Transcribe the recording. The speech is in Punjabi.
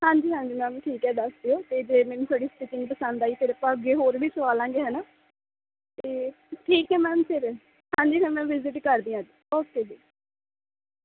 ਹਾਂਜੀ ਹਾਂਜੀ ਮੈਮ ਠੀਕ ਹੈ ਦੱਸ ਦਿਓ ਅਤੇ ਜੇ ਮੈਨੂੰ ਤੁਹਾਡੀ ਸਟੀਚਿੰਗ ਪਸੰਦ ਆਈ ਫਿਰ ਆਪਾਂ ਅੱਗੇ ਹੋਰ ਵੀ ਸਵਾਲਾਂਗੇ ਹੈ ਨਾ ਅਤੇ ਠੀਕ ਹੈ ਮੈਮ ਫਿਰ ਹਾਂਜੀ ਫਿਰ ਮੈਂ ਵੀਜ਼ਿਟ ਕਰਦੀ ਆ ਓਕੇ ਜੀ